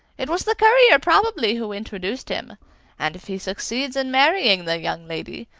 it was the courier probably who introduced him and if he succeeds in marrying the young lady,